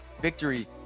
victory